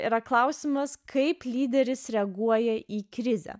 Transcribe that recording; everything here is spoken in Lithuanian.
yra klausimas kaip lyderis reaguoja į krizę